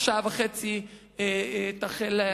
בתוך שעה וחצי תחל ההצבעה,